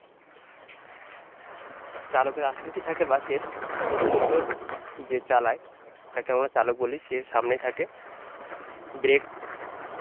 চালকের আসনটি থাকে বাসের প্রথমত যে চালায় যাকে আমরা চালক বলি সে সামনে থাকে ব্রেক